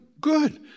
Good